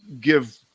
give